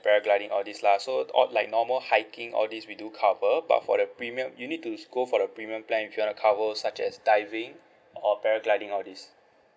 paragliding all these lah so o~ like normal hiking all these we do cover but for the premium you need to go for the premium plan if you want to cover such as diving or paragliding all these